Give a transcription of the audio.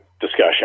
discussion